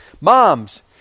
Moms